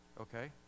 Okay